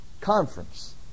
conference